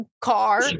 car